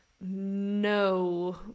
no